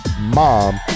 mom